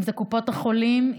אם זה קופות החולים,